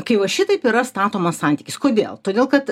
kai va šitaip yra statomos santykis kodėl todėl kad